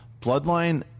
Bloodline